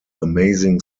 amazing